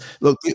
look